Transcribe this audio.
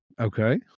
Okay